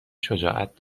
شجاعت